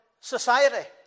society